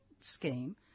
scheme